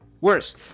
Worse